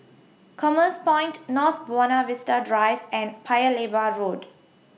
Commerce Point North Buona Vista Drive and Paya Lebar Road